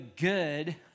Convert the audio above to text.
good